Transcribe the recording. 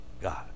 God